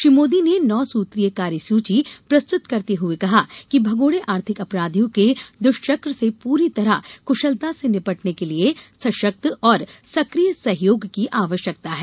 श्री मोदी ने नौ सूत्रीय कार्यसूची प्रस्तुत करते हुए कहा कि भगोड़े आर्थिक अपराधियों के दुष्चक्र से पूरी तरह कुशलता से निपटने के लिए सशक्त और सक्रिय सहयोग की आवश्यकता है